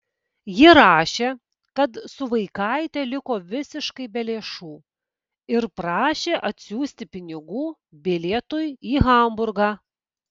ji rašė kad su vaikaite liko visiškai be lėšų ir prašė atsiųsti pinigų bilietui į hamburgą